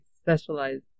specialized